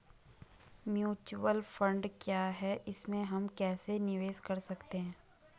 Mutual fund क्या है इसमें हम कैसे निवेश कर सकते हैं?